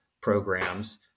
programs